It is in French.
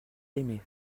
aimé